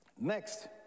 Next